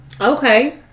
Okay